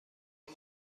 کمی